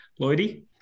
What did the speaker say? Lloydie